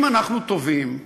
אם אנחנו טובים,